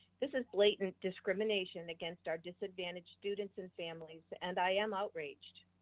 this is blatant discrimination against our disadvantaged students and families and i am outraged.